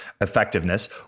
effectiveness